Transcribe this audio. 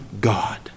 God